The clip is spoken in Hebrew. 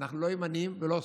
אנחנו לא ימנים ולא שמאל,